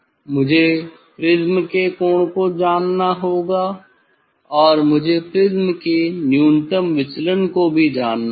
मुझे प्रिज्म के कोण को जानना होगा और मुझे प्रिज्म के न्यूनतम विचलन को भी जानना होगा